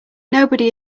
nobody